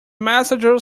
messenger